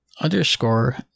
underscore